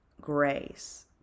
grace